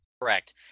Correct